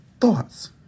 Thoughts